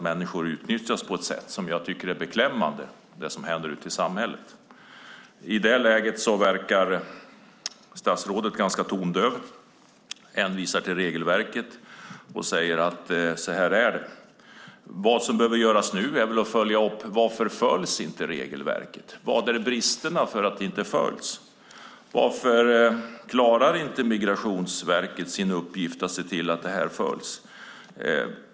Människor utnyttjas på ett beklämmande sätt i samhället. I det här läget verkar statsrådet tondöv. Han hänvisar till regelverket och säger att det är så. Vad som behöver göras nu är att följa upp varför regelverket inte följs. Vilka är bristerna som gör att det inte följs? Varför klarar inte Migrationsverket sin uppgift att se till att regelverket följs?